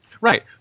Right